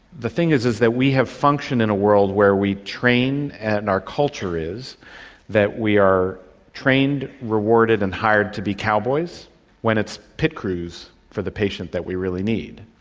the thing is is that we have a function in a world where we train and our culture is that we are trained, rewarded and hired to be cowboys when it's pit crews for the patient that we really need.